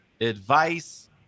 advice